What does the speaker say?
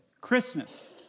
Christmas